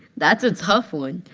that's a tough one.